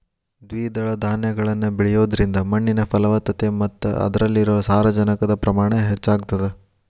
ದ್ವಿದಳ ಧಾನ್ಯಗಳನ್ನ ಬೆಳಿಯೋದ್ರಿಂದ ಮಣ್ಣಿನ ಫಲವತ್ತತೆ ಮತ್ತ ಅದ್ರಲ್ಲಿರೋ ಸಾರಜನಕದ ಪ್ರಮಾಣ ಹೆಚ್ಚಾಗತದ